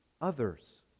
others